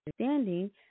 understanding